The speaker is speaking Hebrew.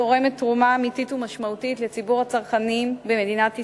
שתורמת תרומה אמיתית ומשמעותית לציבור הצרכנים במדינת ישראל.